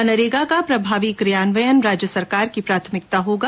मनरेगा का प्रभावी क्रियान्वयन राज्य सरकार की प्राथमिकता होगा